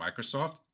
Microsoft